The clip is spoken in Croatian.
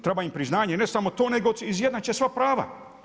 Treba ima priznanje, ne samo to nego izjednače sve prava.